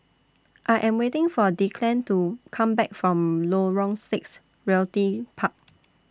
I Am waiting For Declan to Come Back from Lorong six Realty Park